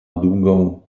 długą